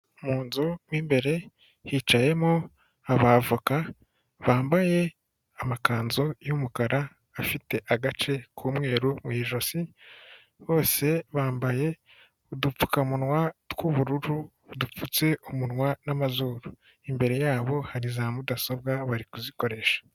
Mu nzu mo imbere hicayemo abavoka bambaye amakanzu y'umukara afite agace k'umweru mu ijosi bose bambaye udupfukamunwa tw'ubururu dupfutse umunwa n'amazuru, imbere y'abo hari za mudasobwa bari kuzikoresha.